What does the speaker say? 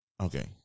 okay